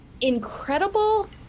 incredible